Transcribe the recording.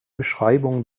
beschreibungen